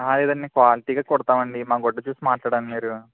అహా లేదండి క్వాలిటీగా కుడతామండి మా గుడ్డ చూసి మాట్లాడండి మీరు